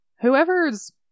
Whoever's